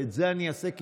ואת זה אני אעשה,